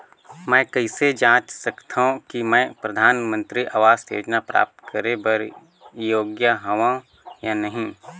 मैं कइसे जांच सकथव कि मैं परधानमंतरी आवास योजना प्राप्त करे बर योग्य हववं या नहीं?